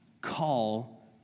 call